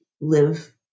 live